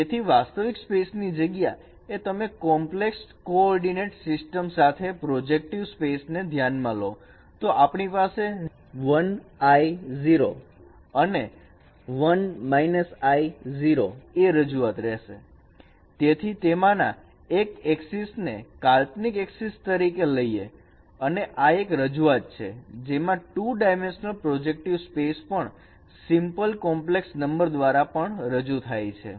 તેથી વાસ્તવિક સ્પેસ ની જગ્યા એ તમે કૉમ્પ્લેક્સ કો ઓર્ડીનેટર સિસ્ટમ સાથે પ્રોજેક્ટિવ સ્પેસ ને ધ્યાન માં લો તો આપણી પાસે અને એ રજૂઆત રહેશે તેથી તેમાંના એક એક્સિસ ને કાલ્પનિક એક્સિસ તરીકે લઈએ અને તે એક રજૂઆત છે જેમાં 2 ડાયમેન્શનલ પ્રોજેક્ટિવ સ્પેસ પણ સીમ્પલ કોમ્પ્લેક્સ નંબર દ્વારા પણ રજુ થાય છે